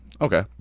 Okay